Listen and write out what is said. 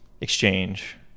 exchange